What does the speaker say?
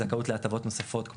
זכאות להטבות נוספות,